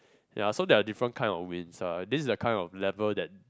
ya so there are different kinds of winds ah this is the kind of level that